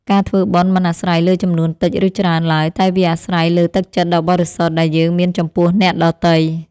ការធ្វើបុណ្យមិនអាស្រ័យលើចំនួនតិច ឬច្រើនឡើយតែវាអាស្រ័យលើទឹកចិត្តដ៏បរិសុទ្ធដែលយើងមានចំពោះអ្នកដទៃ។